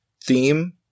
theme